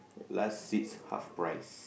last seats half price